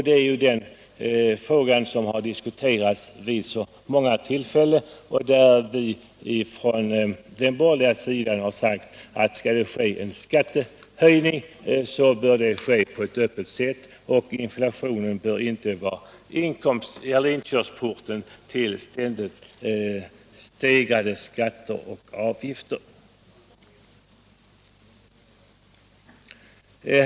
Det är den fråga som har diskuterats vid så många tillfällen och där vi från den borgerliga sidan har sagt att om det skall ske en skattehöjning, bör den ske på ett öppet sätt — inflationen bör inte vara inkörsporten till ständigt stegrade skatter och avgifter.